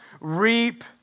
reap